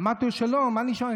אמרתי לו: שלום, מה נשמע?